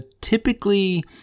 typically